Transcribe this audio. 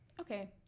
Okay